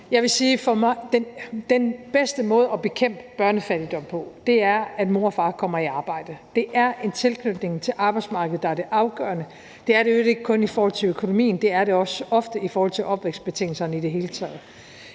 den bedste måde at bekæmpe børnefattigdom på, er, at mor og far kommer i arbejde. Det er en tilknytning til arbejdsmarkedet, der er det afgørende. Det er det i øvrigt ikke kun i forhold til økonomien, det er det også ofte i forhold til opvækstbetingelserne i det hele taget.